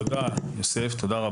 תודה רבה, יוסף.